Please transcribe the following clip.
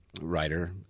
writer